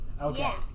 Okay